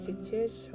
situation